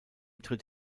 tritt